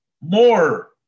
more